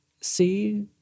see